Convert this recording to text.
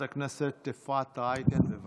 חברת הכנסת אפרת רייטן, בבקשה.